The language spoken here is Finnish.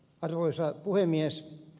arvoisa puhemies